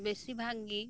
ᱵᱮᱥᱤ ᱵᱷᱟᱜ ᱜᱮ